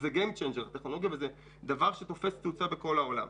זה דבר שצובר תאוצה בכל העולם.